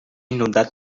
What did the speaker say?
inundat